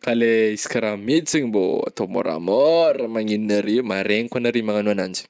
ka le izy ka raha mety zany mbô atao môramôra magneno nare, maraigna koa nare magnano anajy.